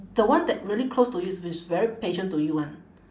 the one that really close to you is is very patient to you [one]